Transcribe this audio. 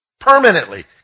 Permanently